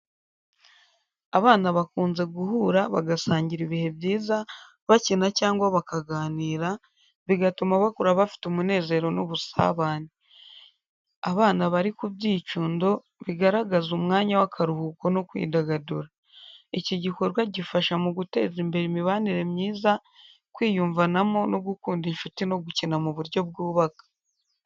Abana bakunze guhura, bagasangira ibihe byiza, bakina cyangwa bakaganira, bigatuma bakura bafite umunezero n’ubusabane. Abana bari ku byicundo bigaragaza umwanya w’akaruhuko no kwidagadura. Iki gikorwa gifasha mu guteza imbere imibanire myiza, kwiyumvanamo no gukunda inshuti no gukina mu buryo bwubaka.